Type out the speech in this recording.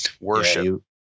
worship